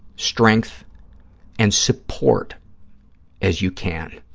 strength and support as you can.